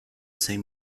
same